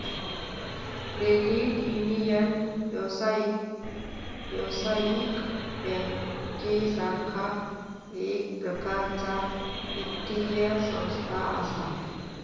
credit union, व्यावसायिक बँकेसारखा एक प्रकारचा वित्तीय संस्था असा